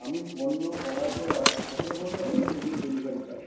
আমি পণ্য অর্ডার করার সতেরো ঘন্টা পরে সেগুলো ডেলিভারি পাই